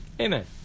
Amen